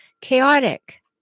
chaotic